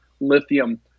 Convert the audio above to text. lithium